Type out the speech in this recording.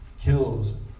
kills